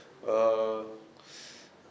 uh